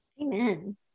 Amen